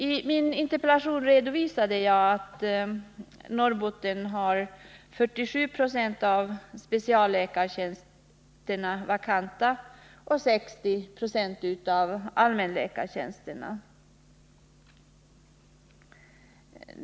I min interpellation redovisar jag att Norrbotten har 47 96 av specialläkartjänsterna vakanta och 60 96 av allmänläkartjänsterna.